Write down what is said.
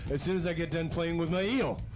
as soon as i get done playing with my eel.